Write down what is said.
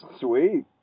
Sweet